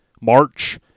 March